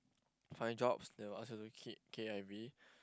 find jobs they will ask you to keep K_I_V